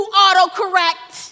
autocorrect